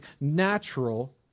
natural